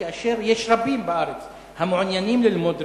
כאשר יש רבים בארץ המעוניינים ללמוד רפואה,